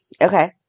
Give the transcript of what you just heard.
Okay